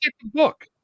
book